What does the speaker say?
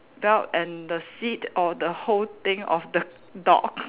belt and the seat or the whole thing of the dog